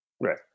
Right